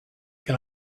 can